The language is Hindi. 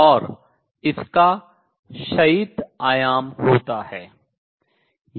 और इसका क्षयित आयाम होता है